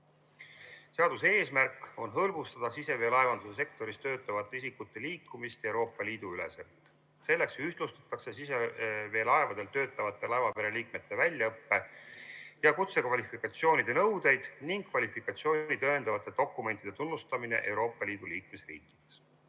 Seaduse eesmärk on hõlbustada siseveelaevanduse sektoris töötavate isikute liikumist Euroopa Liidu üleselt. Selleks ühtlustatakse siseveelaevadel töötavate laevapere liikmete väljaõppe ja kutsekvalifikatsiooni nõudeid ning kvalifikatsiooni tõendavate dokumentide tunnustamist Euroopa Liidu liikmesriikides.